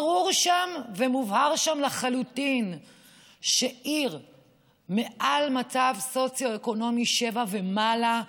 ברור שם ומובהר שם לחלוטין שעיר מדרגה סוציו-אקונומית 7 ומעלה,